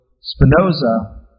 Spinoza